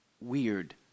weird